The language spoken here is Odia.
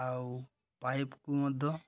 ଆଉ ପାଇପ୍କୁ ମଧ୍ୟ